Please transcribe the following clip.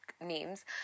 names